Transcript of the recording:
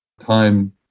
time